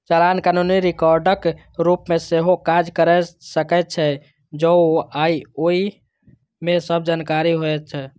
चालान कानूनी रिकॉर्डक रूप मे सेहो काज कैर सकै छै, जौं ओइ मे सब जानकारी होय